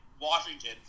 Washington